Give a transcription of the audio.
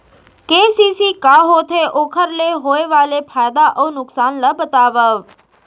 KCC का होथे, ओखर ले होय वाले फायदा अऊ नुकसान ला बतावव?